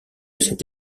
cette